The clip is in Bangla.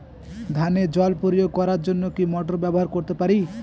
ধানে জল প্রয়োগ করার জন্য কি মোটর ব্যবহার করতে পারি?